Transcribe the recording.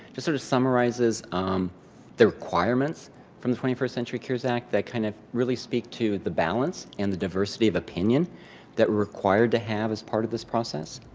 just sort of summarizes um the requirements from the twenty first century cures act that kind of really speak to the balance and the diversity of opinion that we're required to have as part of this process.